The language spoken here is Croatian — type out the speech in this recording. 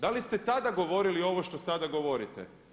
Da li ste tada govorili ovo što sada govorite?